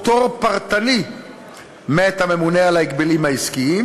או פטור פרטני מאת הממונה על ההגבלים העסקיים,